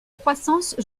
croissance